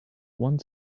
one